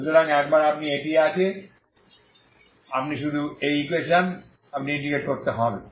সুতরাং একবার আপনি এটি আছে আপনি শুধু এই ইকুয়েশন আপনি ইন্টিগ্রেট করতে হবে